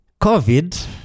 COVID